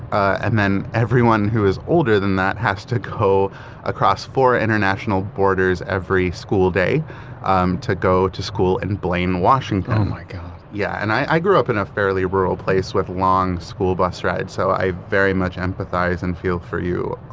and then, everyone who is older than that has to go across four international borders every school day um to go to school in and blaine, washington oh, my god yeah. and i grew up in a fairly rural place with long school bus rides, so i very much empathize and feel for you,